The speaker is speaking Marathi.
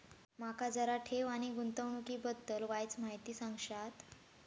माका जरा ठेव आणि गुंतवणूकी बद्दल वायचं माहिती सांगशात?